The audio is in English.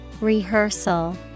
Rehearsal